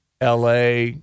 LA